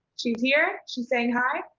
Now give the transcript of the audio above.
she's here! she's saying hi!